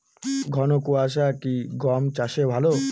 ঘন কোয়াশা কি গম চাষে ভালো?